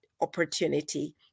opportunity